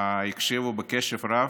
הקשיבו בקשב רב,